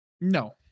No